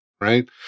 right